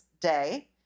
day